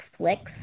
Netflix